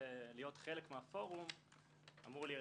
אמרתי לו